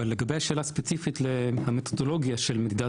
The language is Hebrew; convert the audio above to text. אבל לגבי השאלה הספציפית למתודולוגיה של מדידת